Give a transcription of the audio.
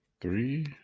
three